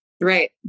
Right